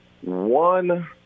one